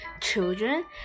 Children